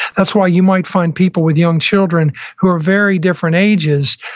that's why you might find people with young children who are very different ages,